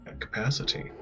capacity